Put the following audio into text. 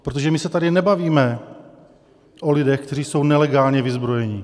Protože my se tady nebavíme o lidech, kteří jsou nelegálně vyzbrojeni.